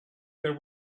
there